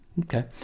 Okay